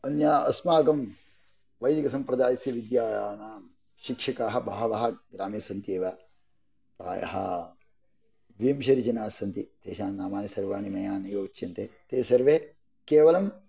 अन्या अस्माकं वैदिकसम्प्रदायस्य विद्यानां शिक्षिकाः बहवः ग्रामे सन्त्येव प्रायः विंशति जनाः सन्ति तेषां नामानि सर्वाणि मया नैव उच्यन्ते ते सर्वे केवलं